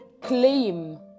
claim